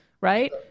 right